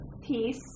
peace